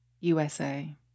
USA